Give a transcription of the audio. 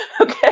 Okay